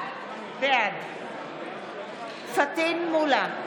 בעד פטין מולא,